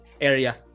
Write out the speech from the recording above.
area